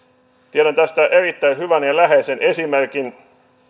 tiedän tästä erittäin hyvän ja läheisen esimerkin